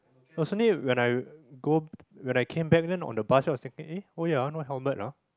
it was only when I go when I came back then on the bus then I was thinking ah oh ya no helmet lah